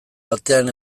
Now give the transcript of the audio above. batean